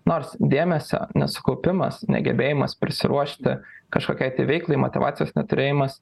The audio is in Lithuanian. nors dėmesio nesukaupimas negebėjimas prisiruošti kažkokiai veiklai motyvacijos neturėjimas